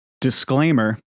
disclaimer